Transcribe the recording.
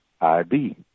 id